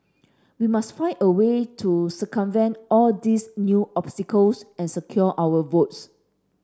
we must find a way to circumvent all these new obstacles and secure our votes